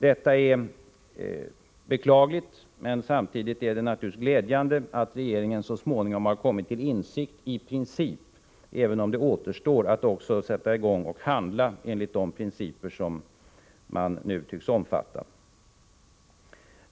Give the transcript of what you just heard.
Detta är beklagligt, men samtidigt är det naturligtvis glädjande att regeringen så småningom i princip har kommit till insikt, även om det återstår att också sätta i gång och handla enligt de principer man nu tycks omfatta.